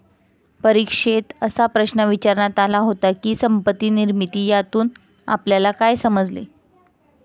परीक्षेत असा प्रश्न विचारण्यात आला होता की, संपत्ती निर्मिती यातून आपल्याला काय समजले?